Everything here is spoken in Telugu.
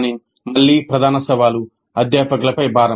కానీ మళ్ళీ ప్రధాన సవాలు అధ్యాపకులపై భారం